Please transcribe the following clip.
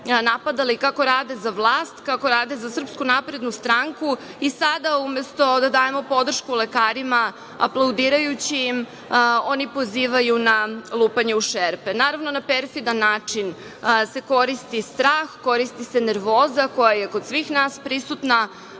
napadali kako rade za vlast, kako rade za SNS i sada umesto da damo podršku lekarima, aplaudirajući oni pozivaju na lupanje u šerpe. Naravno na perfidan način se koristi strah, koristi se nervoza koja kod svih nas prisutna,